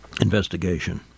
investigation